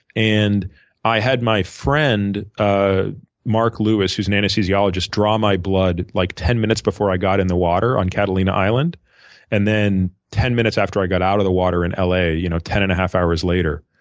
and i had my friend ah mark lewis, who's an anesthesiologist, draw my blood like ten minutes before i got in the water on catalina island and then ten minutes after i got out of the water in la you know ten and a half hours later.